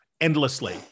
endlessly